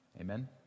Amen